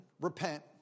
Repent